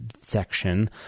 section